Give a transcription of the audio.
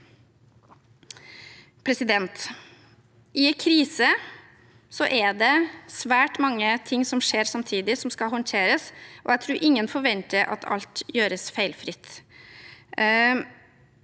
I en krise er det svært mange ting som skjer samtidig som skal håndteres, og jeg tror ingen forventer at alt gjøres feilfritt.